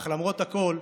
אך למרות הכול,